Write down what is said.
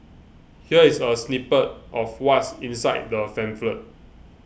here is a snippet of what's inside the pamphlet